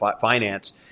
finance